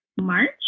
March